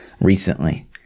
recently